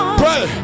pray